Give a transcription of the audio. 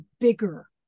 bigger